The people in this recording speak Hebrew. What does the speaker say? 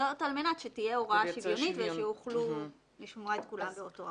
זאת על מנת שתהיה הוראה שוויונית ושיוכלו לשמוע את כולם באותה האופן.